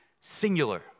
singular